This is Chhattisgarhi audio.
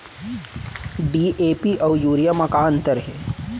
डी.ए.पी अऊ यूरिया म का अंतर हे?